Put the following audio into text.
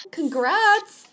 Congrats